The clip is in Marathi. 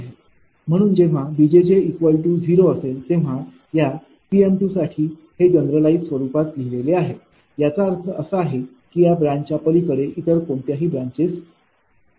म्हणूनच जेव्हा 𝐵𝑗𝑗 0 असेल तेव्हा या 𝑃 साठी मी हे जनरलाईज स्वरूपात लिहिले आहे याचा अर्थ असा आहे की या ब्रांचच्या पलीकडे इतर कोणत्याही ब्रांचेस नाहीत